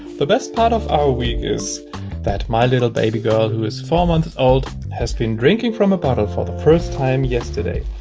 the best part of our week is that my little baby girl who is four months old has been drinking from a bottle for the first time yesterday.